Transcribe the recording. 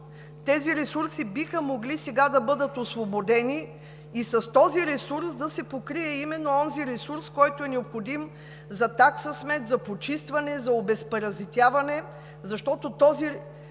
тези ресурси биха могли сега да бъдат освободени и с този ресурс да се покрие именно онзи ресурс, който е необходим за такса смет, за почистване, за обезпаразитяване, защото този ресурс,